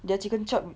their chicken chop